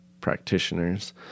practitioners